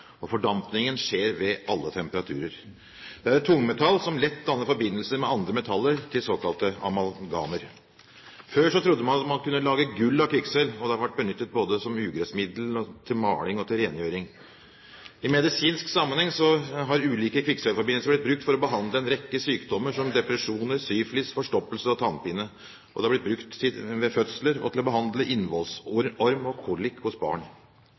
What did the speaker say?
og fordampingen skjer ved alle temperaturer. Det er et tungmetall som lett danner forbindelse med andre metaller til såkalte amalgamer. Før trodde man at man kunne lage gull av kvikksølv, og det har vært benyttet både i ugressmiddel, til maling og til rengjøring. I medisinsk sammenheng har ulike kvikksølvforbindelser blitt brukt til å behandle en rekke sykdommer, som depresjoner, syfilis, forstoppelse og tannpine. Det har blitt brukt ved fødsler og til å behandle innvollsorm og kolikk hos barn.